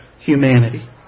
humanity